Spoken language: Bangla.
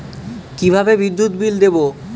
কিভাবে বিদ্যুৎ বিল দেবো?